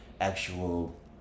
actual